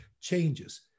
changes